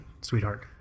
sweetheart